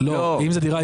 ברמות הגבוהות של הדירה,